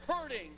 hurting